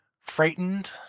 frightened